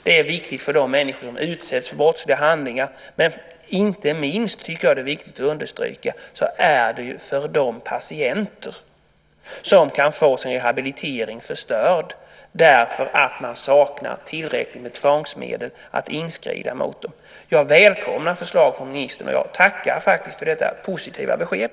Det är viktigt för de människor som utsätts för brottsliga handlingar, och inte minst är det viktigt för de patienter som kan få sin rehabilitering förstörd därför att man saknar tillräckligt med tvångsmedel för att inskrida mot dem. Där tycker jag att det är viktigt att inskrida. Jag välkomnar förslag från ministern, och jag tackar för detta positiva besked.